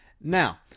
Now